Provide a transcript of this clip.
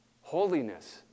Holiness